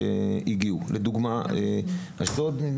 לדוגמה אשדוד.